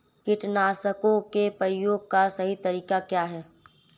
कीटनाशकों के प्रयोग का सही तरीका क्या है?